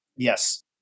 Yes